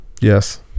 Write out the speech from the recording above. Yes